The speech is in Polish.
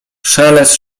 szelest